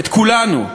את כולנו: